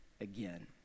again